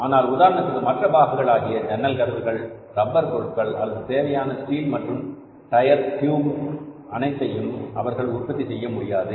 ஆனால் உதாரணத்திற்கு மற்ற பாகங்கள் ஆகிய ஜன்னல் கதவுகள் ரப்பர் பொருட்கள் அல்லது தேவையான ஸ்டீல் மற்றும் டயர் டியூப் அனைத்தையும் அவர்களால் உற்பத்தி செய்ய முடியாது